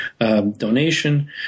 donation